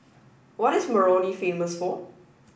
what is Moroni famous for